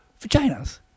Vaginas